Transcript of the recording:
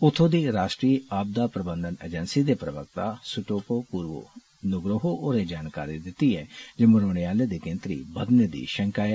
उत्थू दी राश्ट्रीय आपदा प्रबंधन एजेंसी दे प्रवक्ता सुटोपो पुरवो नुगरोहो होरे जानाकरी दिती ऐ जे मरोने आलें दी गिनतरी बधने दी षैंका ऐ